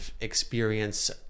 experience